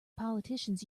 politicians